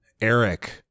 Eric